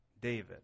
david